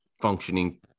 functioning